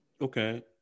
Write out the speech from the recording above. Okay